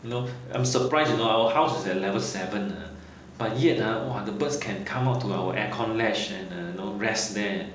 you know I'm surprised you know our houses at level seven ha but yet ah !wah! the birds can come up to our aircon ledge and you know rest there